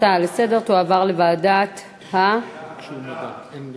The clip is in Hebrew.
ההצעה לסדר-היום תועבר לוועדת, מדע.